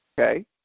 Okay